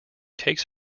takes